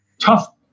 tough